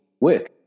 work